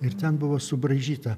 ir ten buvo subraižyta